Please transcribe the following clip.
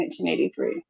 1983